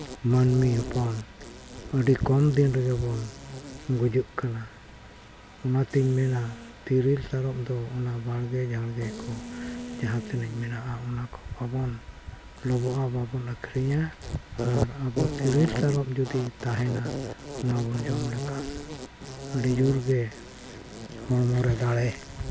ᱢᱟᱹᱱᱢᱤ ᱦᱚᱯᱚᱱ ᱟᱹᱰᱤ ᱠᱚᱢ ᱫᱤᱱ ᱨᱮᱜᱮᱵᱚᱱ ᱜᱩᱡᱩᱜ ᱠᱟᱱᱟ ᱚᱱᱟᱛᱮᱧ ᱢᱮᱱᱟ ᱛᱤᱨᱤᱞ ᱛᱟᱨᱚᱵ ᱫᱚ ᱚᱱᱟ ᱵᱟᱲᱜᱮ ᱡᱷᱟᱲᱜᱮ ᱠᱚ ᱡᱟᱦᱟᱸ ᱛᱤᱱᱟᱹᱜ ᱢᱮᱱᱟᱜᱼᱟ ᱚᱱᱟ ᱠᱚ ᱵᱟᱵᱚᱱ ᱞᱚᱵᱚ ᱦᱚᱸ ᱵᱟᱵᱚᱱ ᱟᱹᱠᱷᱨᱤᱧᱟ ᱟᱨ ᱟᱵᱚ ᱛᱤᱨᱤᱞ ᱛᱟᱨᱚᱵ ᱡᱩᱫᱤ ᱛᱟᱦᱮᱱᱟ ᱚᱱᱟᱵᱚᱱ ᱡᱚᱢ ᱞᱮᱠᱷᱟᱱ ᱟᱹᱰᱤ ᱡᱳᱨᱜᱮ ᱦᱚᱲᱢᱚᱨᱮ ᱫᱟᱲᱮ